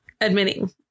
admitting